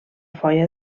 foia